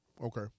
Okay